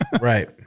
Right